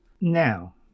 Now